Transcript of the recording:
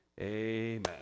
Amen